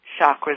chakras